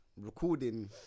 recording